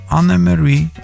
Anne-Marie